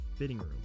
FITTINGROOM